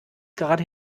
gerade